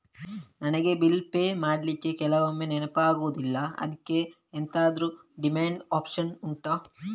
ನನಗೆ bill pay ಮಾಡ್ಲಿಕ್ಕೆ ಕೆಲವೊಮ್ಮೆ ನೆನಪಾಗುದಿಲ್ಲ ಅದ್ಕೆ ಎಂತಾದ್ರೂ ರಿಮೈಂಡ್ ಒಪ್ಶನ್ ಉಂಟಾ